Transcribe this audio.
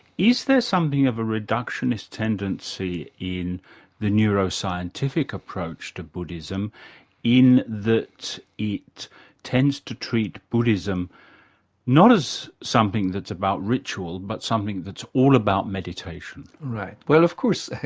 is there something of a reductionist tendency in the neuroscientific approach to buddhism in that it tends to treat buddhism not as something that's about ritual but something that's all about meditation? right, well of course,